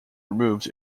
removed